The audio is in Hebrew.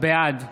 בעד